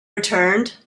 returned